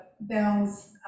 bells